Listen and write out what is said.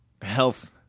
Health